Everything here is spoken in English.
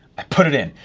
i put it in,